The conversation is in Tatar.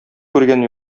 күргән